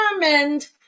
determined